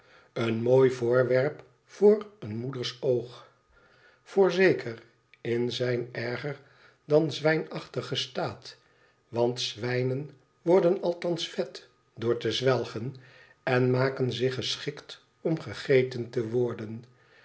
een mooi voorwerp voor een moeders oog voorzeker in zijn erger dan zwijnachtigen staat want zwijnen worden althans vet door te zwelgen en maken zich geschikt om gegeten te worden